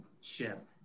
ship